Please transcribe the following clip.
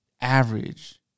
average